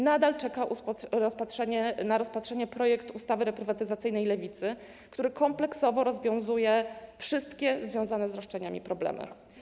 Nadal czeka na rozpatrzenie projekt ustawy reprywatyzacyjnej Lewicy, który kompleksowo rozwiązuje wszystkie związane z roszczeniami problemy.